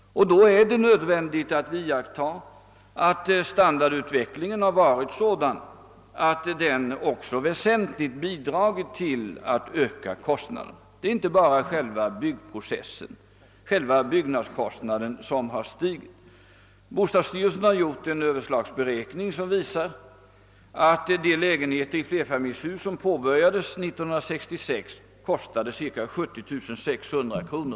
Man måste observera att den ständiga standardutvecklingen väsentligt bidragit till att öka kostnaderna. Det är inte bara själva byggnadskostnaderna som har ökat. Bostadsstyrelsen har gjort en överslagsberäkning som visar att de lägenheter i flerfamiljshus, som påbörjades år 1966, i genomsnitt kostade cirka 70 600 kronor.